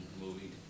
movie